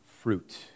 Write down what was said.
fruit